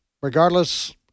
regardless